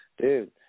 Dude